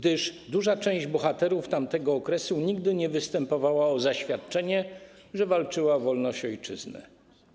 Duża część bohaterów tamtego okresu nigdy nie występowała o zaświadczenie, że walczyła o wolność ojczyzny.